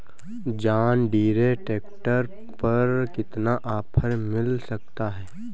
John Deere tractor पर कितना offer मिल सकता है?